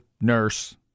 Nurse